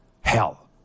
Hell